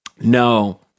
No